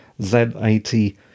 Z80